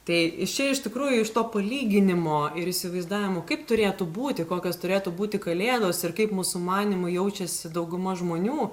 tai iš čia iš tikrųjų iš to palyginimo ir įsivaizdavimo kaip turėtų būti kokios turėtų būti kalėdos ir kaip mūsų manymu jaučiasi dauguma žmonių